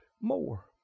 more